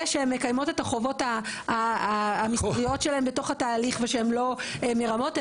שהן מקיימות את החובות שלהן בתוך התהליך ושהן לא מרמות,